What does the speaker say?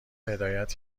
هدایت